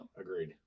Agreed